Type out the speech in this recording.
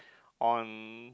on